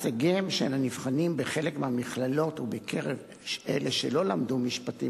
הישגיהם של הנבחנים בחלק מהמכללות ובקרב אלה שלא למדו משפטים